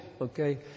Okay